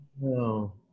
no